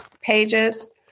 pages